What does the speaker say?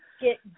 get